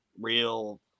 real